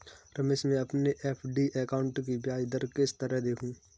रमेश मैं अपने FD account की ब्याज दर किस तरह देखूं?